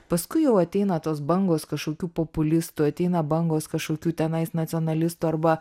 paskui jau ateina tos bangos kažkokių populistų ateina bangos kažkokių tenais nacionalistų arba